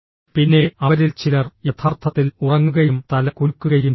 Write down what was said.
പിന്നെ അവരിൽ ചിലർ യഥാർത്ഥത്തിൽ ഉറങ്ങുകയും തല കുലുക്കുകയും ചെയ്തു